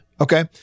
okay